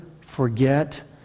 forget